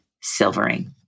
Silvering